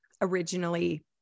originally